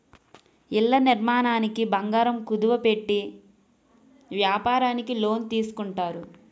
ఇళ్ల నిర్మాణానికి బంగారం కుదువ పెట్టి వ్యాపారానికి లోన్ తీసుకుంటారు